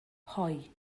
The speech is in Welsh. hoe